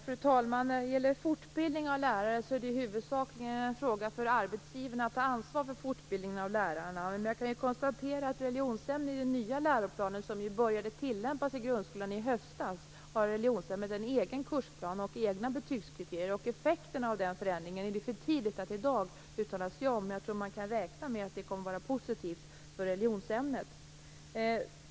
Fru talman! Det är huvudsakligen en fråga för arbetsgivaren att ta ansvar för fortbildningen av lärare. I den nya läroplanen som började tillämpas i grundskolan i höstas har religionsämnet en egen kursplan och egna betygskriterier. Effekten av den förändringen är det i dag för tidigt att uttala sig om. Man kan nog räkna med att det kommer att vara positivt för religionsämnet.